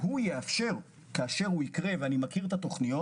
וכאשר הוא יקרה ואני מכיר את התוכניות